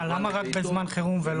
למה רק בזמן חירום?